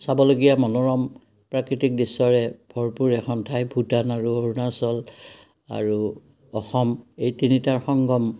চাবলগীয়া মনোৰম প্ৰাকৃতিক দৃশ্যৰে ভৰপূৰ এখন ঠাই ভূটান আৰু অৰুণাচল আৰু অসম এই তিনিটাৰ সংগম